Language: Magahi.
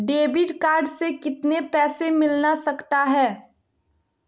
डेबिट कार्ड से कितने पैसे मिलना सकता हैं?